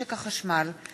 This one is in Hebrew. הצעת חוק משק החשמל (תיקון,